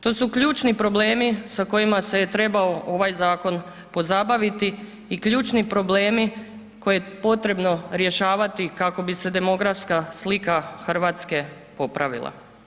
To su ključni problemi sa kojima se je trebao ovaj zakon pozabaviti i ključni problemi koje je potrebno rješavati kako bi se demografska slika Hrvatske popravila.